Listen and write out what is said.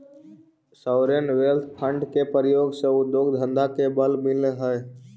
sovereign wealth fund के प्रयोग से उद्योग धंधा के बल मिलऽ हई